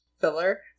filler